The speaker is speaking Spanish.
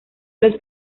los